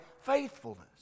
faithfulness